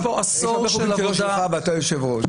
יש פה עשור של עבודה --- יש הרבה חוקים שהם לא שלך ואתה יושב הראש,